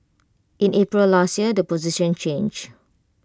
in April last year the position changed